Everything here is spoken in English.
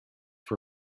for